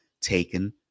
taken